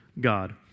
god